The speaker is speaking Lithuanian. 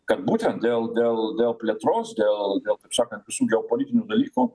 kad būtent dėl plėtros dėl dėl taip sakant geopolitinių dalykų